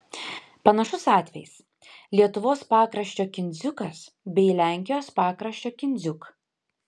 panašus atvejis lietuvos pakraščio kindziukas bei lenkijos pakraščio kindziuk